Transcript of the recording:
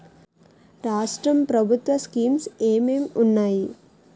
రాష్ట్రం ప్రభుత్వ స్కీమ్స్ ఎం ఎం ఉన్నాయి?